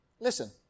Listen